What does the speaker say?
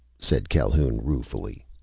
said calhoun ruefully.